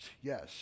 yes